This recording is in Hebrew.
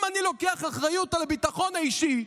אם אני לוקח אחריות על הביטחון האישי,